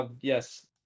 Yes